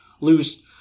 lose